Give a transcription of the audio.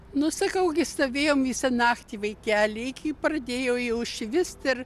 nu sakau gi stovėjom visą naktį vaikeli iki pradėjo jau švist ir